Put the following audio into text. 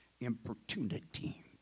importunity